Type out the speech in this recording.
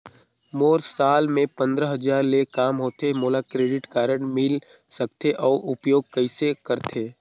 मोर साल मे पंद्रह हजार ले काम होथे मोला क्रेडिट कारड मिल सकथे? अउ उपयोग कइसे करथे?